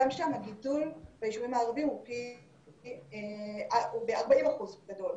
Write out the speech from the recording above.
גם שם הגידול ביישובים הערביים הוא ב-40% גדול.